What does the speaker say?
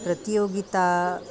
प्रतियोगिता